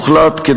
הוחלט,